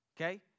Okay